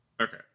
Okay